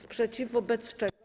Sprzeciw wobec czego?